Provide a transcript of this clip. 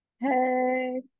hey